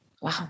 Wow